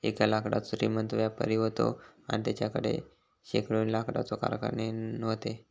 एक लाकडाचो श्रीमंत व्यापारी व्हतो आणि तेच्याकडे शेकडोनी लाकडाचे कारखाने व्हते